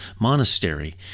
monastery